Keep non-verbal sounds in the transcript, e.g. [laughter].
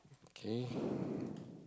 okay [breath]